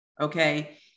Okay